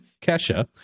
Kesha